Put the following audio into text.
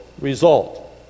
result